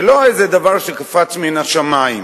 זה לא איזה דבר שקפץ מן השמים.